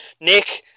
Nick